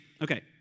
Okay